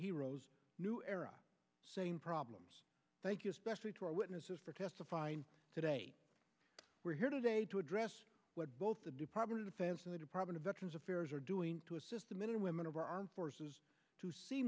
heroes new era same problems thank you especially to our witnesses for testifying today we're here today to address what both the department of defense and the department of veterans affairs are doing to assist the men and women of our armed forces to